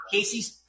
Casey's